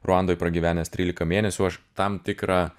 ruandoj pragyvenęs trylika mėnesių aš tam tikrą